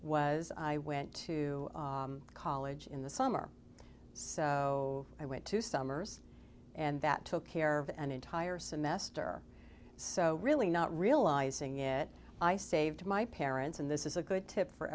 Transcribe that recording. was i went to college in the summer so i went to summers and that took care of an entire semester so really not realizing it i saved my parents and this is a good tip for